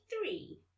three